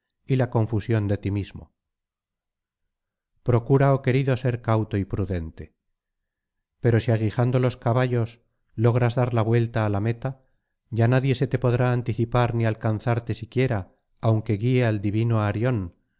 y la confusión de ti mismo procura oh querido ser cauto y prudente pero si aguijando los caballos logras dar la vuelta á la meta ya nadie se te podrá anticipar ni alcanzarte siquiera aunque guíe al divino arión